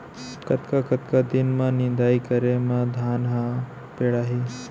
कतका कतका दिन म निदाई करे म धान ह पेड़ाही?